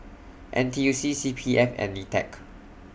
N T U C C P F and NITEC